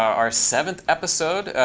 our seventh episode,